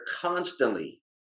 constantly